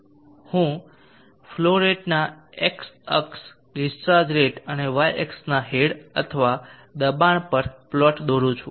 હું ફ્લો રેટના એક્સ અક્ષ ડિસ્ચાર્જ રેટ અને Y અક્ષના હેડ અથવા દબાણ પર પ્લોટ દોરું છું